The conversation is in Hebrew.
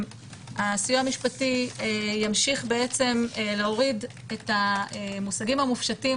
הסיוע המשפטי ימשיך להוריד את המושגים המופשטים